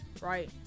Right